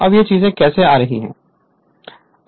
अब ये चीजें कैसे आ रही हैं